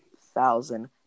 thousand